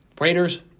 Raiders